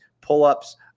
pull-ups